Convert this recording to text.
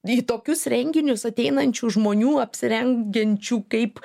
į tokius renginius ateinančių žmonių apsirengenčių kaip